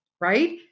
right